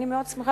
באיזה נושא?